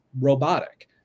robotic